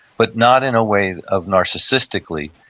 but not in a way of narcissistically,